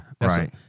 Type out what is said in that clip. Right